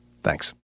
Thanks